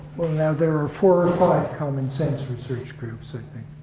well, now there are four or five common sense research groups, i think.